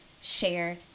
share